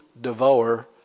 devour